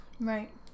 Right